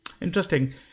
Interesting